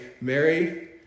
Mary